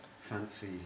fancy